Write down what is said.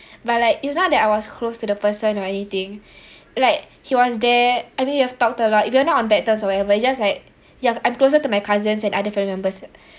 but like it's not that I was close to the person or anything like he was there I mean we have talked a lot if you are not on bad term whatever it's just like ya I'm closer to my cousins and other family members